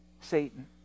Satan